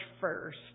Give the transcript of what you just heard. first